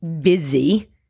busy